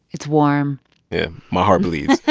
it's warm my heart bleeds.